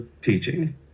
teaching